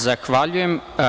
Zahvaljujem.